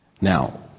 Now